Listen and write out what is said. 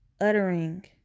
uttering